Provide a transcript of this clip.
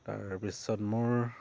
তাৰপিছত মোৰ